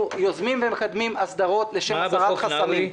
אנחנו יוזמים ומקדמים הסדרות לשם הסרת חסמים.